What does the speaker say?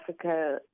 Africa